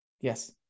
Yes